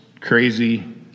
crazy